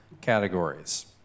categories